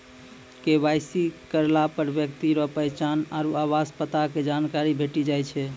KYC करलापर ब्यक्ति रो पहचान आरु आवास पता के जानकारी भेटी जाय छै